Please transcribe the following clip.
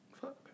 Fuck